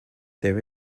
there